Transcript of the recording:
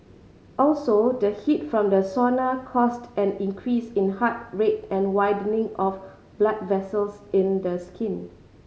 also the heat from the sauna caused an increase in heart rate and widening of blood vessels in the skin